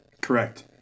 Correct